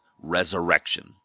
resurrection